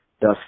thus